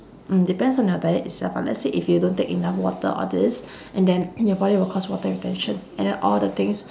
mm depends on your diet itself ah let's say if you don't take enough water all this and then your body will cause water retention and then all the things